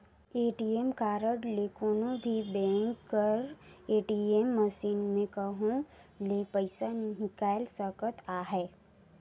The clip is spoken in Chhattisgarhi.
ए.टी.एम कारड ले कोनो भी बेंक कर ए.टी.एम मसीन में कहों ले पइसा हिंकाएल सकत अहे